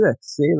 See